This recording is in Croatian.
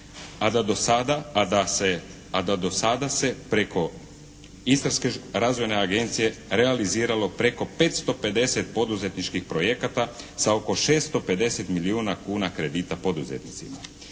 a da do sada se preko Istarske razvojne agencije realiziralo preko 550 poduzetničkih projekata sa oko 650 milijuna kuna kredita poduzetnicima.